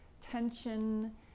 tension